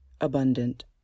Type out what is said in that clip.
Abundant